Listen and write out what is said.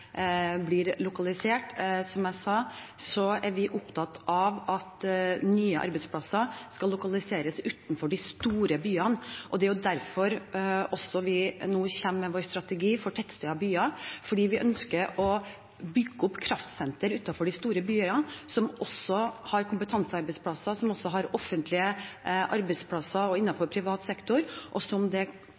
vi opptatt av at nye arbeidsplasser skal lokaliseres utenfor de store byene. Det er også derfor vi nå kommer med vår strategi for tettsteder og byer. Vi ønsker å bygge opp kraftsenter utenfor de store byene, som også har kompetansearbeidsplasser, som har offentlige arbeidsplasser og arbeidsplasser innenfor privat sektor, og som det